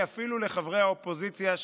ואפילו לחברי האופוזיציה,